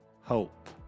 hope